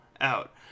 out